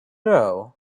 doe